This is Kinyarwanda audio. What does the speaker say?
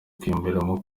kwiyumvamo